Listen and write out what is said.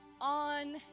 on